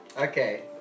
Okay